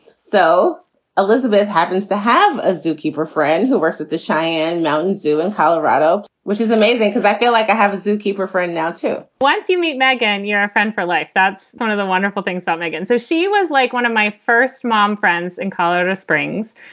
so elizabeth happens to have a zookeeper friend who works at the cheyenne mountain zoo in colorado, which is amazing because i feel like i have a zookeeper friend now too once you meet meghan, you're a friend for life. that's one kind of the wonderful things on megan. so she was like one of my first mom friends in colorado springs.